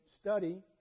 study